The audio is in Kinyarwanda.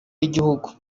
y’igihugu